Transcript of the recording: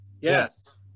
Yes